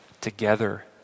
together